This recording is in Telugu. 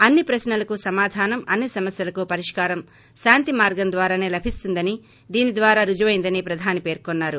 అన్ని ప్రశ్నలకు సమాధానం అన్ని సమస్యలకు పరిష్కారం శాంతి మార్గం ద్వారానే లభిస్తుందని దీని ద్వారా రుజువైందని ప్రధాని పేర్కొన్సారు